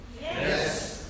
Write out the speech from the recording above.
Yes